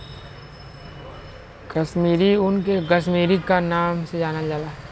कसमीरी ऊन के कसमीरी क नाम से जानल जाला